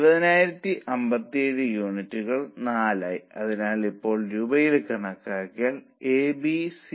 75 ആയി കുറച്ചാൽ നിങ്ങളുടെ നിരക്കുകൾ വർദ്ധിപ്പിക്കാൻ ഞങ്ങൾ തയ്യാറാണ്